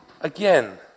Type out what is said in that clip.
again